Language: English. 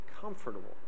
comfortable